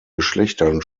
geschlechtern